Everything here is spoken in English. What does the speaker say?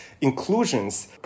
inclusions